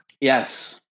Yes